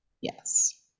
Yes